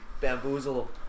Bamboozle